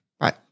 Right